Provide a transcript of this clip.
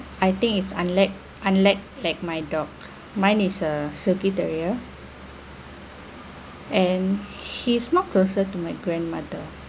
I think it's unlike unlike like my dog mine is a silky terrier and he's more closer to my grandmother